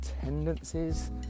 tendencies